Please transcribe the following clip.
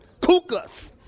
Kukas